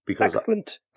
Excellent